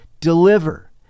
deliver